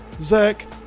Zach